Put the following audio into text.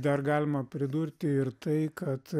dar galima pridurti ir tai kad